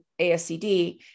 ASCD